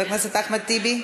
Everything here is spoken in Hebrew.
חבר הכנסת אחמד טיבי,